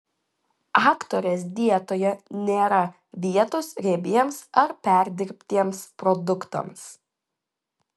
aktorės dietoje nėra vietos riebiems ar perdirbtiems produktams